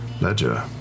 ledger